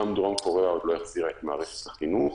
גם היא עוד לא החזירה את מערכת החינוך,